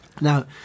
now